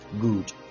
good